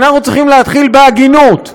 אנחנו צריכים להתחיל בהגינות,